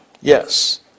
yes